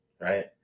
right